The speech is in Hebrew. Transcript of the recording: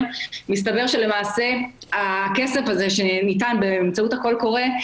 שלמעשה הכסף הזה שניתן באמצעות הקול קורא,